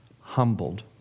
humbled